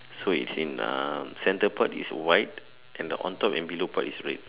so it in uh center part is white and the on top and bellow part is red